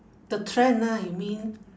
the trend ah you mean